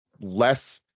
less